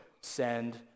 send